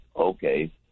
okay